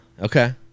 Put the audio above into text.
Okay